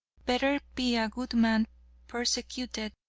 better be a good man persecuted,